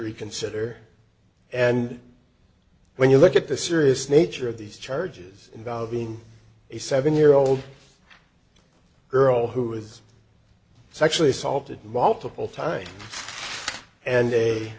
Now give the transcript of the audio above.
reconsider and when you look at the serious nature of these charges involving a seven year old girl who was sexually assaulted multiple times and a